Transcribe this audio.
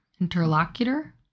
Interlocutor